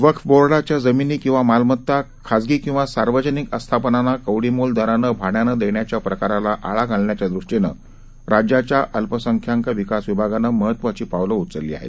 वक्फ बोर्डाच्या जमीनी किंवा मालमत्ता खाजगी किंवा सार्वजनिक आस्थापनांना कवडीमोल दरानं भाड्यानं देण्याच्या प्रकाराला आळा घालण्याच्या दृष्टीनं राज्याच्या अल्पसंख्याक विकास विभागानं महत्वाची पावलं उचलली आहेत